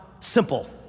simple